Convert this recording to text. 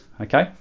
okay